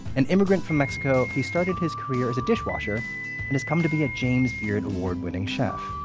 an immigrant from mexico, he started his career as a dishwasher and has come to be a james beard award-winning chef.